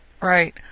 right